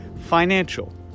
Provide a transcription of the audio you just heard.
financial